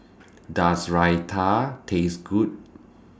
Does Raita Taste Good